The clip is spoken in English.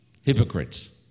hypocrites